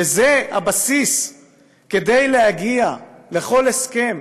וזה הבסיס כדי להגיע לכל הסכם,